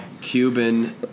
Cuban